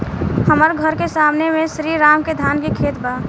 हमर घर के सामने में श्री राम के धान के खेत बा